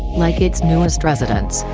like its newest residents,